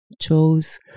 chose